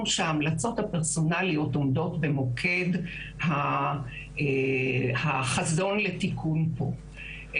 שההמלצות הפרסונליות עומדות במוקד החזון לתיקון פה.